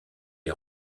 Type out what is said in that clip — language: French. est